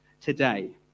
today